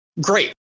great